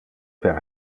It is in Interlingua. per